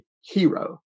hero